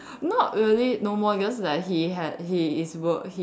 not really no more because like he ha~ he is wo~ he